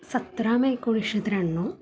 सतरा मे एकोणीसशे त्र्याण्णव